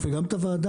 גם את הוועדה,